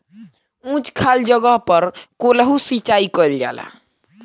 उच्च खाल जगह पर कोल्हू सिचाई कइल जाला